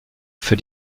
für